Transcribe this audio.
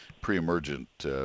pre-emergent